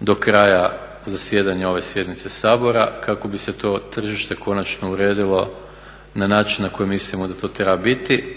do kraja zasjedanja ove sjednice Sabora kako bi se to tržište konačno uredilo na način na koji mislimo da to treba biti,